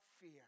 fear